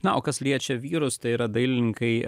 na o kas liečia vyrus tai yra dailininkai